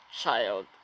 child